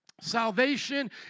Salvation